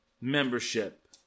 membership